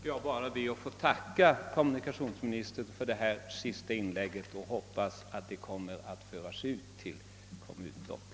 Herr talman! Jag ber att få tacka kommunikationsministern för det senaste inlägget och hoppas att det kommer att föras ut till kommunblocken.